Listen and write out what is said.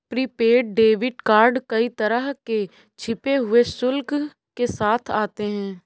prepaid debit card कई तरह के छिपे हुए शुल्क के साथ आते हैं